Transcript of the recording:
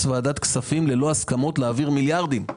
ועדת הכספים ללא הסכמות להעביר מיליארדים.